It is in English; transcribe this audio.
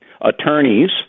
attorneys